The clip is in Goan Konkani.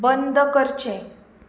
बंद करचें